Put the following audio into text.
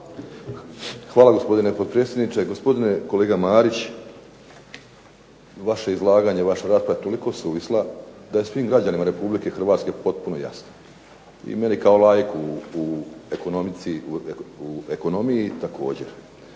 Hvala gospodine potpredsjedniče. Gospodine kolega Marić, vaše izlaganje, vaš rasprava je toliko suvisla, da je svim građanima Republike Hrvatske potpuno jasno i meni kao laiku u ekonomiji također.